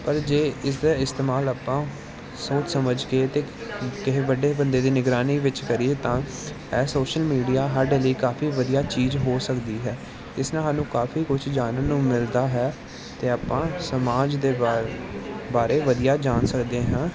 ਪਰ ਜੇ ਇਸਦਾ ਇਸਤੇਮਾਲ ਆਪਾਂ ਸੋਚ ਸਮਝ ਕੇ ਅਤੇ ਕਿਸੇ ਵੱਡੇ ਬੰਦੇ ਦੀ ਨਿਗਰਾਨੀ ਵਿੱਚ ਕਰੀਏ ਤਾਂ ਇਹ ਸੋਸ਼ਲ ਮੀਡੀਆ ਸਾਡੇ ਲਈ ਕਾਫੀ ਵਧੀਆ ਚੀਜ਼ ਹੋ ਸਕਦੀ ਹੈ ਇਸ ਨਾਲ ਸਾਨੂੰ ਕਾਫੀ ਕੁਛ ਜਾਣਨ ਨੂੰ ਮਿਲਦਾ ਹੈ ਅਤੇ ਆਪਾਂ ਸਮਾਜ ਦੇ ਬਾ ਬਾਰੇ ਵਧੀਆ ਜਾਣ ਸਕਦੇ ਹਾਂ